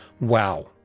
wow